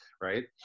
Right